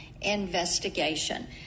investigation